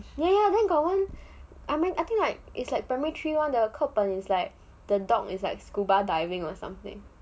ya ya then got one I mean I think like it's like primary three one the 课本 the dog is like scuba diving or something